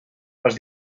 els